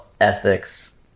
ethics